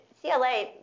CLA